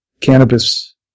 cannabis